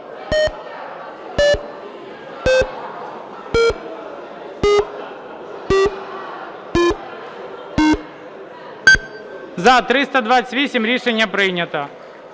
За-328 Рішення прийнято.